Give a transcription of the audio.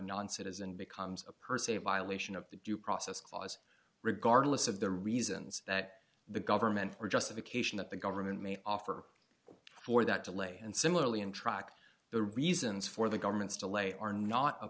non citizen becomes a person a violation of the due process clause regardless of the reasons that the government or justification that the government may offer for that delay and similarly untracked the reasons for the government's delay are not a